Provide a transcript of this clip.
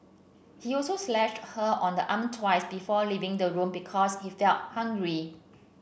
he also slashed her on the arm twice before leaving the room because he felt hungry